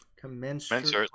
commensurate